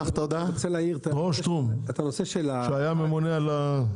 דרור שטרום, שהיה ממונה על ההגבלים.